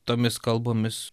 tomis kalbomis